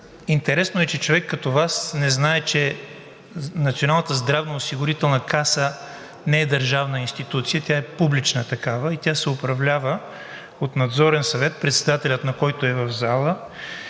Интересно е, че човек като Вас не знае, че Националната здравноосигурителна каса не е държавна институция, тя е публична такава и тя се управлява от надзорен съвет, председателят на който е в залата,